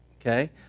okay